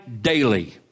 daily